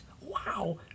wow